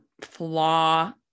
flaw